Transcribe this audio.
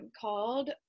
called